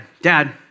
dad